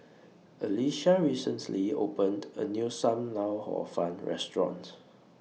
Alecia recently opened A New SAM Lau Hor Fun Restaurant